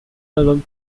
album